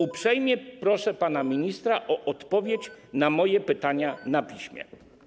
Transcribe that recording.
Uprzejmie proszę pana ministra o odpowiedź na moje pytania na piśmie.